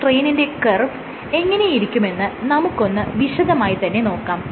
സ്ട്രെയിനിന്റെ curve എങ്ങനെയിരിക്കുമെന്ന് നമുക്കൊന്ന് വിശദമായി തന്നെ നോക്കാം